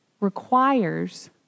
requires